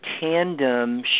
tandem